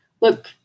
look